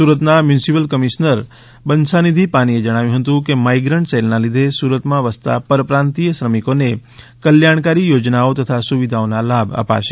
સુરતના municipal commissioner Banchhanidhi પાનીએ જણાવ્યું હતું કે માઇગ્રન્ટ સેલના લીધે સુરતમાં વસતા પરપ્રાંતીય શ્રમિકોને કલ્યાણકારી યોજનાઓ તથા સુવિધાઓના લાભ અપાશે